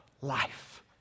life